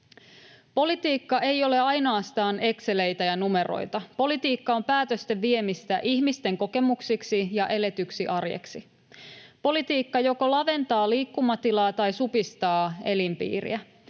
Politiikka ei ole ainoastaan exceleitä ja numeroita. Politiikka on päätösten viemistä ihmisten kokemuksiksi ja eletyksi arjeksi. Politiikka joko laventaa liikkumatilaa tai supistaa elinpiiriä.